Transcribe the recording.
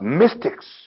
mystics